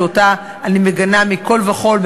שאותה אני מגנה מכול וכול,